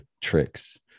tricks